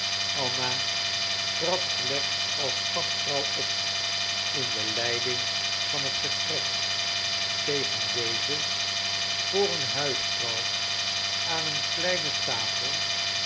anna trad slechts als gastvrouw op in de leiding van het gesprek tegen deze voor een huisvrouw aan een kleine tafel